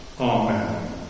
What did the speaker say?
Amen